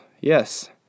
Yes